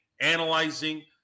analyzing